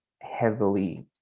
heavily